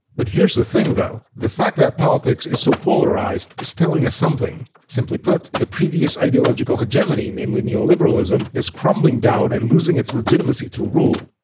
but here's the thing though, the fact that politics is so polarized is telling us something. simply, the previous ideological hegemony, namely neoliberalism, is crumbling down and losing its legitimacy to rule.